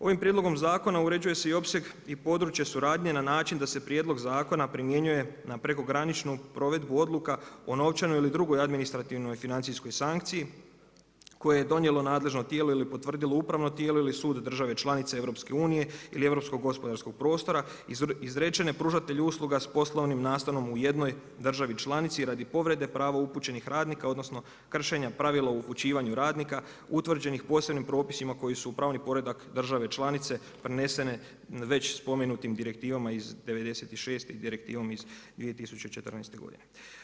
Ovim prijedlogom zakona uređuje se opseg i područje suradnje na način da se prijedlog zakona primjenjuje na prekograničnu provedbu odluka o novčanoj ili drugoj administrativnoj i financijskoj sankciji koje je donijelo nadležno tijelo ili potvrdilo upravno tijelo ili sud države članice EU ili Europskog gospodarskog prostora izrečene pružatelju usluga s poslovnim nastanom u jednoj državi članici radi povrede prava upućenih radnika odnosno kršenja pravila o upućivanju radnika utvrđenih posebnim propisima koji su u pravni poredak države članice prenesene već spomenutim direktivama iz '96 i direktivom iz 2014. godine.